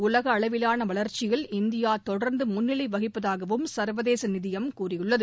உலக அளவிலான வளர்ச்சியில் இந்தியா தொடர்ந்து முன்னிலை வகிப்பதாகவும் சர்வதேச நிதியம் கூறியுள்ளது